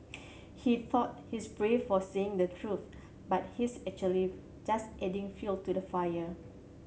he thought he's brave for saying the truth but he's actually just adding fuel to the fire